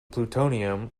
plutonium